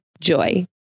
Joy